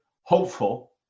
hopeful